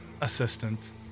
assistant